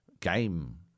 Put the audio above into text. game